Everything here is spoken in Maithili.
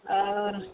ओ